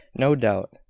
no doubt.